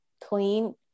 clean